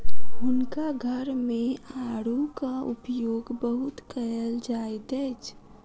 हुनका घर मे आड़ूक उपयोग बहुत कयल जाइत अछि